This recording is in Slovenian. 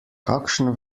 kakšno